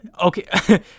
okay